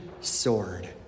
sword